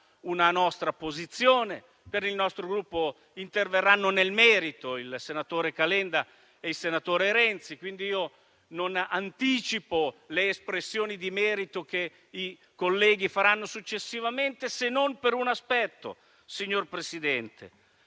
una nostra posizione. Per il nostro Gruppo interverranno nel merito i senatori Calenda e Renzi, per cui non anticipo le espressioni di merito che i colleghi faranno successivamente, se non per un aspetto, signor Presidente,